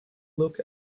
look